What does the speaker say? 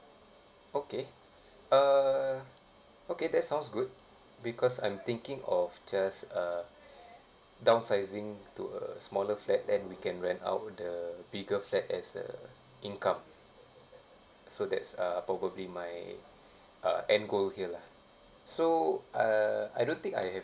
okay uh okay that sounds good because I'm thinking of just uh downsizing to a smaller flat then we can rent out the bigger flat as a income so that's uh probably my uh end goal here lah so uh I don't think I have